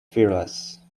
fearless